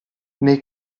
nei